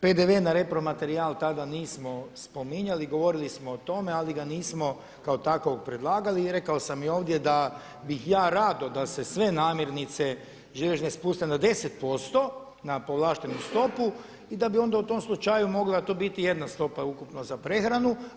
PDV na repromaterijal tada nismo spominjali, govorili smo o tome, ali ga nismo kao takvog predlagali i rekao sam i ovdje da bih ja rado da se sve namirnice živežne spuste na 10% na povlaštenu stopu i da bi onda u tom slučaju mogla to biti jedna stopa ukupno za prehranu.